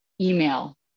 email